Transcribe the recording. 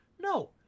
No